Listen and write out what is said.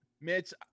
Mitch